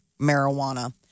marijuana